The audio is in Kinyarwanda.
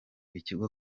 ikigo